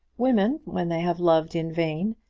women, when they have loved in vain,